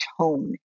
tone